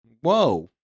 Whoa